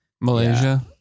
Malaysia